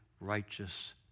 righteous